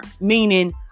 meaning